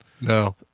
No